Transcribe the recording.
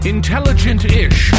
Intelligent-ish